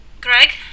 Greg